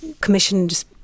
commissioned